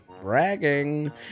bragging